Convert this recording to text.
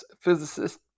physicist